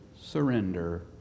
surrender